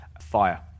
Fire